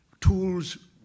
tools